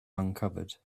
uncovered